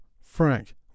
Frank